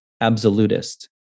absolutist